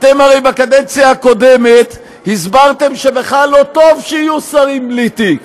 אתם הרי בקדנציה הקודמת הסברתם שבכלל לא טוב שיהיו שרים בלי תיק.